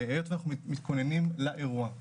היות ואנחנו מתכוננים לאירוע,